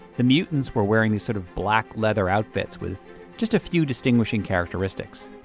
the mutants were wearing these sort of black leather outfits with just a few distinguishing characteristics.